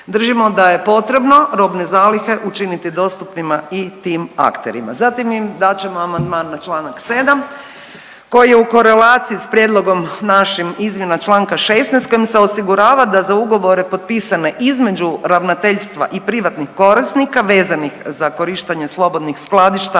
Držimo da je potrebno robne zalihe učiniti dostupnima i tim akterima. Zatim dat ćemo amandman na čl. 7. koji je u korelaciji s prijedlogom našim izmjena čl. 16. kojim se osigurava da za ugovore potpisane između ravnateljstva i privatnih korisnika vezanih za korištenje slobodnih skladišta